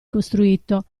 costruito